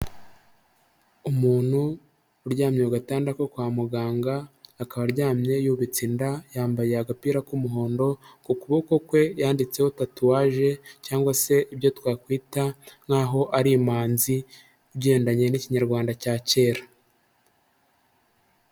Umuntu uryamye ku gatanda ko kwa muganga akaba aryamye yubitse inda, yambaye agapira k'umuhondo, ku kuboko kwe yanditseho tatuwage cyangwa se ibyo twakwita nkaho ari imanzi ugendanye n'Ikinyarwanda cya kera.